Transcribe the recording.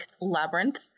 Labyrinth